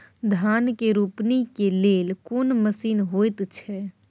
धान के रोपनी के लेल कोन मसीन होयत छै?